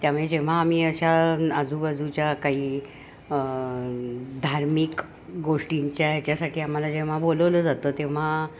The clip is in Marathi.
त्यामुळे जेव्हा आम्ही अशा आजूबाजूच्या काही धार्मिक गोष्टींच्या याच्यासाठी आम्हाला जेव्हा बोलावलं जातं तेव्हा